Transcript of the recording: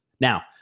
Now